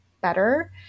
better